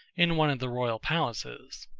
in one of the royal palaces.